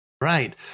Right